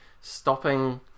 stopping